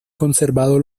conservado